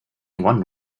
one